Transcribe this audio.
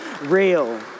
real